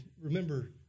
remember